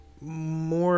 more